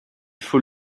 faut